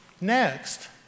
next